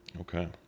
Okay